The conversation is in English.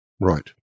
Right